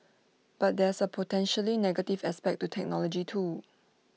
but there's potentially negative aspect to technology too